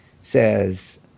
says